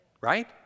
right